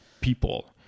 people